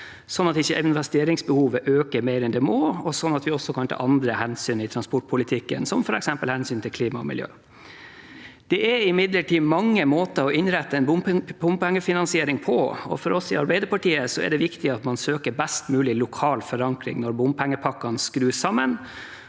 slik at investeringsbehovet ikke øker mer enn det må, og slik at vi også kan ta andre hensyn i transportpolitikken, som f.eks. hensyn til klima og miljø. Det er imidlertid mange måter å innrette en bompengefinansiering på, og for oss i Arbeiderpartiet er det viktig at man søker best mulig lokal forankring når bompengepakkene skrus sammen,